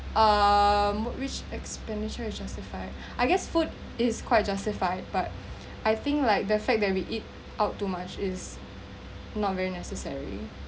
um which expenditure is justified I guess food is quite justified but I think like the fact that we eat out too much is not very necessary